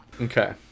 Okay